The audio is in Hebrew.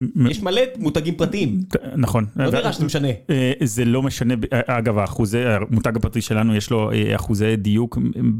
יש מלא מותגים פרטיים. נכון. לא נראה שזה משנה. זה לא משנה אגב אחוזי המותג הפרטי שלנו יש לו אחוזי דיוק.